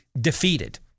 defeated